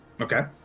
Okay